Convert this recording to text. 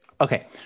Okay